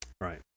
Right